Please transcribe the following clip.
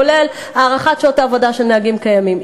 כולל הארכת שעות העבודה של נהגים קיימים.